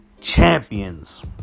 champions